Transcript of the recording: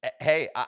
Hey